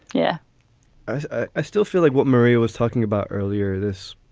yeah i still feel like what maria was talking about earlier this